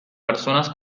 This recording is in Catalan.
persones